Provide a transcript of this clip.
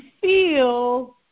feel